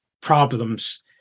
problems